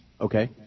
Okay